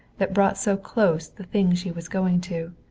that brought so close the thing she was going to.